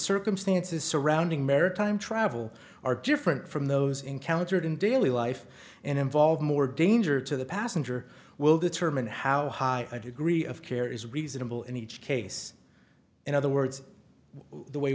circumstances surrounding maritime travel are different from those encountered in daily life and involve more danger to the passenger will determine how high degree of care is reasonable in each case in other words the way